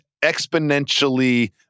exponentially